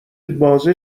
بازه